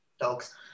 dogs